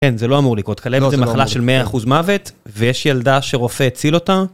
כן, זה לא אמור לקרות, כלבת זה מחלה של מאה אחוז מוות ויש ילדה שרופא הציל אותה.